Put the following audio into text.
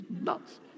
nuts